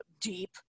deep